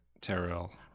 Terrell